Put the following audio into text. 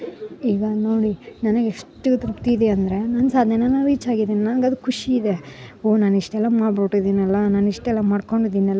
ಈವಾಗ ನೋಡಿ ನನಗ ಎಷ್ಟು ತೃಪ್ತಿ ಇದೆ ಅಂದರೆ ನನ್ನ ಸಾಧ್ನೆನ ನಾನು ರೀಚ್ ಆಗಿದೀನಿ ನಂಗ ಅದು ಖುಷಿ ಇದೆ ಓ ನಾನು ಇಷ್ಟೆಲ್ಲ ಮಾಡ್ಬುಟ್ಟಿದಿನಲ್ಲಾ ನಾನು ಇಷ್ಟೆಲ್ಲ ಮಾಡ್ಕೊಂಡಿದೀನಲ್ಲ